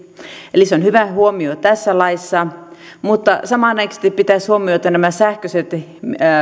eli se on hyvä huomio tässä laissa mutta samanaikaisesti pitäisi huomioida nämä sähköiset